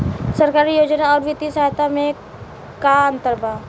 सरकारी योजना आउर वित्तीय सहायता के में का अंतर बा?